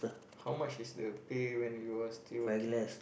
how much is the pay when you were still working